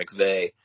McVeigh